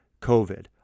COVID